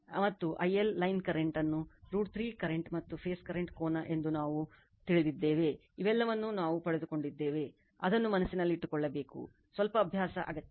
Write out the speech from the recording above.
ಮತ್ತು IL line current ಅನ್ನು √3 current ಮತ್ತು ಫೇಸ್ ಕರೆಂಟ್ ಕೋನ ಎಂದು ನಾವು ತಿಳಿದಿದ್ದೇವೆ ಇವೆಲ್ಲವನ್ನೂ ನಾವು ಪಡೆದುಕೊಂಡಿದ್ದೇವೆ ಅದನ್ನು ಮನಸ್ಸಿನಲ್ಲಿಟ್ಟುಕೊಳ್ಳಬೇಕು ಸ್ವಲ್ಪ ಅಭ್ಯಾಸ ಅಗತ್ಯ